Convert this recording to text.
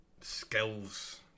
skills